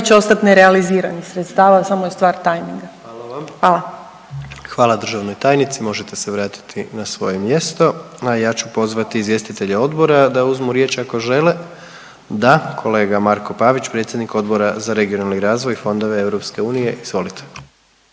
ostati nerealiziranih sredstava samo je stvar tajminga. …/Upadica predsjednik: Hvala vam./… Hvala. **Jandroković, Gordan (HDZ)** Hvala državnoj tajnici. Možete se vratiti na svoje mjesto. A ja ću pozvati izvjestitelje odbora da uzmu riječ ako žele? Da, kolega Marko Pavić predsjednik Odbora za regionalni razvoj i fondove EU. Izvolite.